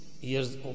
years